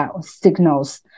signals